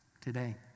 Today